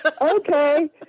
okay